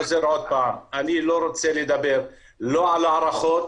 אני לא רוצה לדבר לא על הערכות,